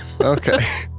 okay